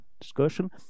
discussion